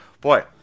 Boy